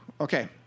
Okay